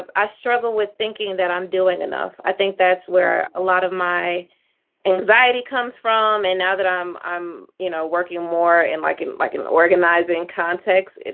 um i struggle with thinking that i'm doing enough. i think that's where a lot of my anxiety comes from. and now that i'm i'm you know working more in like in like an organizing context,